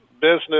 business